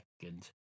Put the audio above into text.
second